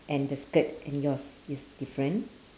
and the skirt and yours is different